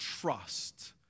trust